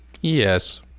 Yes